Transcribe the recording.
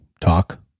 talk